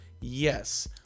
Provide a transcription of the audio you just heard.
Yes